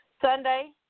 Sunday